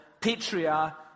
patria